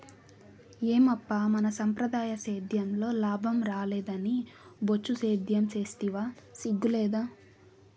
ఏమప్పా మన సంప్రదాయ సేద్యంలో లాభం రాలేదని బొచ్చు సేద్యం సేస్తివా సిగ్గు లేదూ